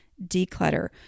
declutter